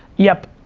yep.